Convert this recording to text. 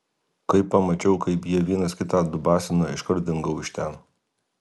kai pamačiau kaip jie vienas kitą dubasina iškart dingau iš ten